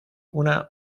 una